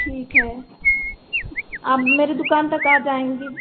ठीक है आप मेरी दुक़ान तक आ जाएँगी